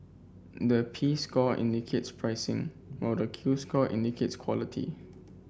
the P score indicates pricing while the Q score indicates quality